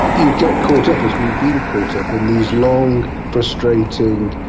you get caught up, as we've been caught up in these long, frustrating,